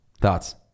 Thoughts